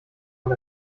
und